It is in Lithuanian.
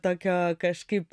tokio kažkaip